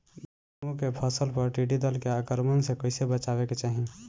गेहुँ के फसल पर टिड्डी दल के आक्रमण से कईसे बचावे के चाही?